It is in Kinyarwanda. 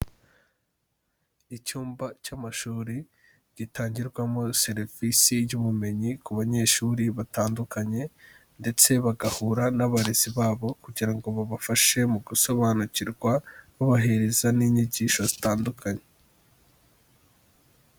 Icyumba cy'amashuri gitangirwamo serivisi y'ubumenyi ku banyeshuri batandukanye, ndetse bagahura n'abarezi babo kugira ngo babafashe mu gusobanukirwa babahereza n'inyigisho zitandukanye.